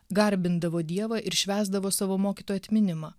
garbindavo dievą ir švęsdavo savo mokytojo atminimą